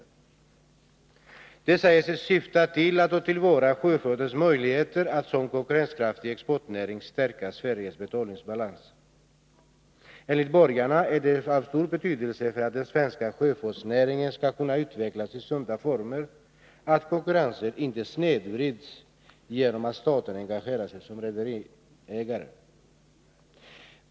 Vidare framhålls att programmet syftar till att ta till vara sjöfartens möjligheter att som konkurrenskraftig exportnäring stärka Sveriges betalningsbalans. Enligt borgarna är det av stor betydelse för att den svenska sjöfartsnäringen skall kunna utvecklas i sunda former att konkurrensen inte snedvrids, genom att staten engagerar sig som rederiägare.